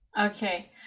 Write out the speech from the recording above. Okay